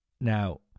Now